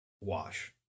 wash